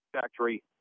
factory